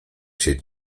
cię